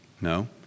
No